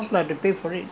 who going to pay for it